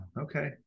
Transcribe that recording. Okay